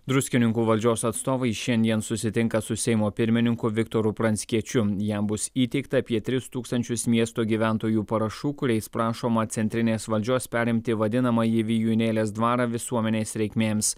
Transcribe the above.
druskininkų valdžios atstovai šiandien susitinka su seimo pirmininku viktoru pranckiečiu jam bus įteikta apie tris tūkstančius miesto gyventojų parašų kuriais prašoma centrinės valdžios perimti vadinamąjį vijūnėlės dvarą visuomenės reikmėms